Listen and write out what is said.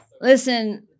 Listen